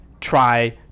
try